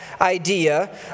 idea